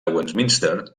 westminster